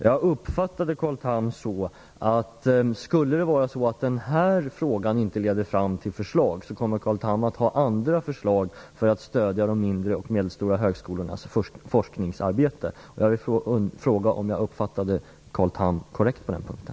Jag uppfattade Carl Tham så att om inte denna fråga leder fram till förslag, kommer Carl Tham att framföra andra förslag för att stödja de mindre och medelstora högskolornas forskningsarbete. Jag vill fråga om jag uppfattade Carl Tham korrekt på den punkten.